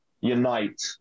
unite